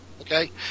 Okay